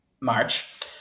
March